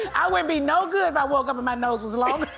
i would be no good if i woke up and my nose was longer.